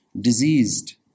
diseased